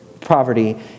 poverty